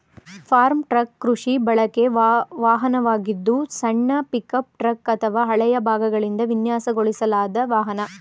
form truck ಕೃಷಿ ಬಳಕೆ ವಾಹನವಾಗಿದ್ದು ಸಣ್ಣ ಪಿಕಪ್ ಟ್ರಕ್ ಅಥವಾ ಹಳೆಯ ಭಾಗಗಳಿಂದ ವಿನ್ಯಾಸಗೊಳಿಸಲಾದ ವಾಹನ